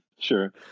sure